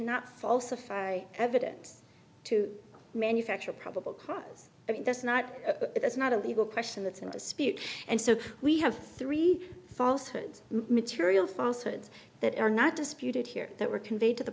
not falsify evidence to manufacture probable cause i mean that's not a that's not a legal question that's in dispute and so we have three falsehoods material falsehoods that are not disputed here that were conveyed to the